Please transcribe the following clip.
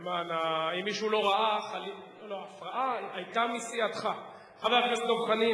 חבר הכנסת דב חנין,